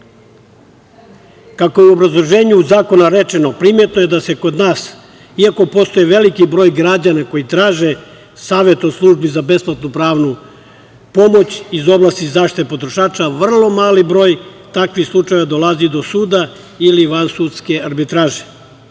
je u obrazloženju zakona rečeno, primetno je da se kod nas, iako postoji veliki broj građani koji traće savet od službi za besplatnu pravnu pomoć iz oblasti zaštite potrošača, vrlo malo broj takvih slučajeva dolazi do suda ili vansudske arbitraže.